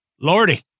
Lordy